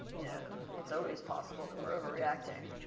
you know, it's always possible that we're overreacting.